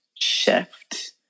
shift